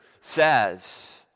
says